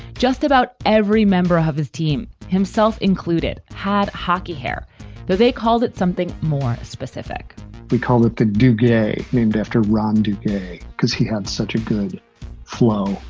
just about every member ah of his team, himself included, had hockey hair. so they called it something more specific we call it the dougie named after ron duke because he had such a good flow.